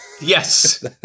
Yes